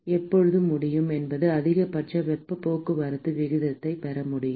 எப்போது முடியும் எப்போது அதிகபட்ச வெப்பப் போக்குவரத்து விகிதத்தைப் பெற முடியும்